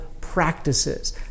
practices